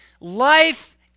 life